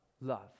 love